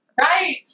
right